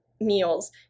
meals